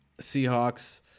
Seahawks